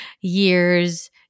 years